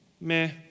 meh